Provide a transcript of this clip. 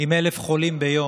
עם 1,000 חולים ביום,